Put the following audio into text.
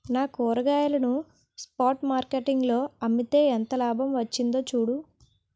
నా కూరగాయలను spot market లో అమ్మితే ఎంత లాభం వచ్చిందో చూడు